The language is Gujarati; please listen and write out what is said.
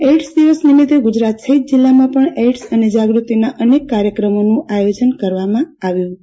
એઇડ્સ દિવસ નિમિતે ગુજરાત સહીત જીલ્લામાં પણ એઇડ્સ અંગે જાગૃતિના અનેક કાર્યક્રમોનું આયોજન કરવામાં આવ્યું હતું